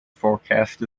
forecast